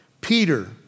Peter